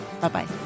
Bye-bye